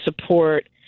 support